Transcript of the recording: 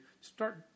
Start